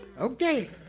Okay